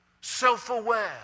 Self-aware